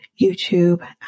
YouTube